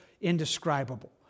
indescribable